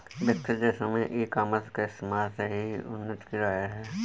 विकसित देशों में ई कॉमर्स के इस्तेमाल से ही उन्नति की लहर है